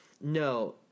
no